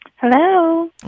Hello